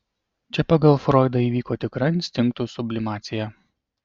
čia pagal froidą įvyko tikra instinktų sublimacija